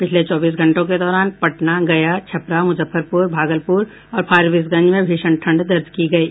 पिछले चौबीस घंटों के दौरान पटना गया छपरा मुजफ्फरपुर भागलपुर और फारबिसगंज में भीषण ठंड दर्ज की गयी